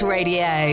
Radio